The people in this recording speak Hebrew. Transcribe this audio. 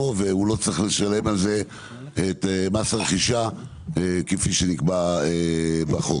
והוא לא צריך לשלם על זה את מס הרכישה כפי שנקבע בחוק.